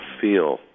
feel